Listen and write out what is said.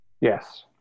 Yes